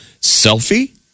Selfie